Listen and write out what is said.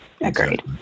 agreed